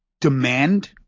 demand